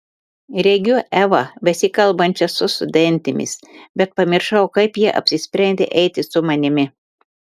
regiu evą besikalbančią su studentėmis bet pamiršau kaip ji apsisprendė eiti su manimi